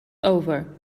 over